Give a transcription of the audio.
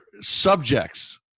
subjects